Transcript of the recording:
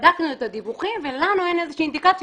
בדקנו את הדיווחים ולנו אין איזושהי אינדיקציה